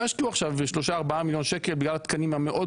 לא ישקיעו עכשיו 3-4 מיליון שקלים בגלל התקנים המאוד